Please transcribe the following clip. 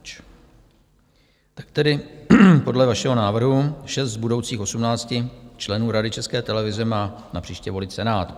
Tak tedy podle vašeho návrhu 6 z budoucích 18 členů Rady České televize má napříště volit Senát.